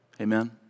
Amen